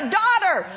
daughter